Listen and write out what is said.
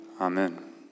Amen